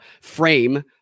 frame